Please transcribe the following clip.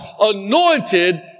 anointed